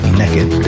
naked